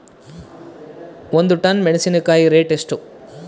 ಒಂದು ಟನ್ ಮೆನೆಸಿನಕಾಯಿ ರೇಟ್ ಎಷ್ಟು?